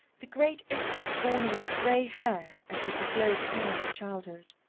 the great infant born with gray hair and with the slow smile of childhood.